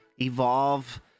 Evolve